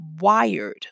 wired